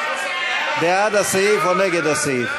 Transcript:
בעד הסעיף או נגד הסעיף,